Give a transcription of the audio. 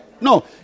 No